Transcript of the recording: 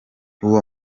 uwo